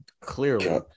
clearly